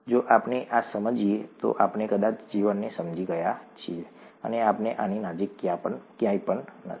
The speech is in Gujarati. જો આપણે આ સમજીએ તો આપણે કદાચ જીવનને સમજી ગયા છીએ અને આપણે આની નજીક ક્યાંય નથી